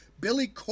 Billy